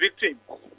victims